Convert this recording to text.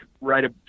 right